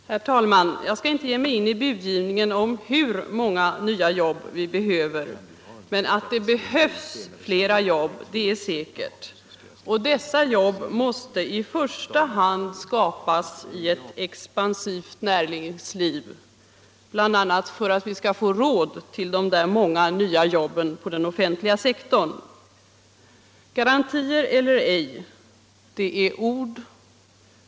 Herr talman! Jag skall inte ge mig in i budgivningen om hur många nya jobb vi behöver, men att det behövs flera jobb är säkert. Dessa måste i första hand skapas i ett expansivt näringsliv, bl.a. för att vi skall få råd till de där många nya jobben på den offentliga sektorn. Garantier eller ej, det är ord.